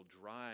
drive